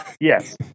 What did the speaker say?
Yes